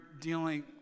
dealing